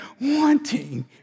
wanting